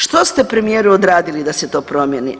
Što ste, premijeru, odradili da se to promjeni?